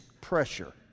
pressure